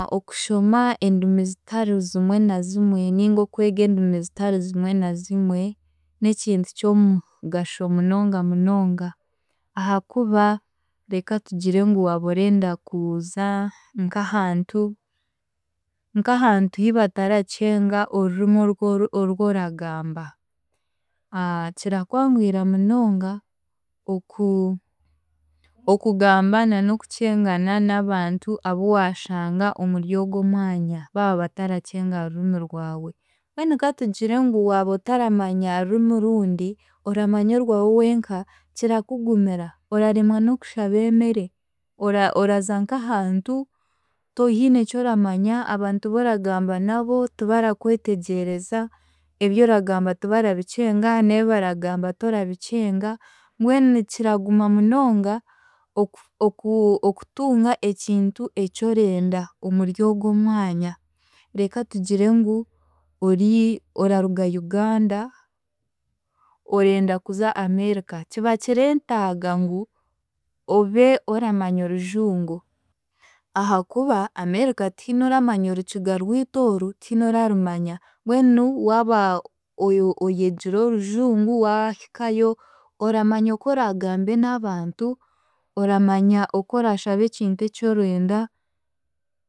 Okushoma endimi zitari zimwe na zimwe ninga okwega endimi zitari zimwe na zimwe n'ekintu ky'omugasho munonga munonga ahaakuba reka tugire ngu waaba orenda kuza nk'ahantu, nk'ahantu hibatarakyenga orurimi orworu orworagamba, kirakwanguhira munonga oku- okugamba na n'okukyengana n'abantu abu waashanga omuri ogwo omwanya, baaba batarakyenga rurimi rwawe, kandi katugire ngu waaba otaramanya rurimi orundi oramanya orwawe wenka, kirakugumira, oraremwa n'okushaba emere, ora- oraza nk'ahantu toine kyoramanya, abantu boragamba nabo tibarakwetegyereza, ebyoragamba tibarabikyenga n'ebi baragamba torabikyenga mbwenu kiraguma munonga oku- oku- okutunga ekintu eki orenda omuri ogwo omwanya, reka tugire ngu ori- oraruga Uganda, orenda kuza America, kiba kirentaaga ngu obe oramanya Orujungu ahaakuba America tihiine oramanya Orukiga rwitu oru, tihiine orarumanya mbwenu waaba oyo- oyegire Orujungu, waahikayo oramanya oku oraagambe n'abantu, oramanya oku oraashabe ekintu eki orenda